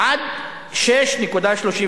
עד 6.37